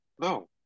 no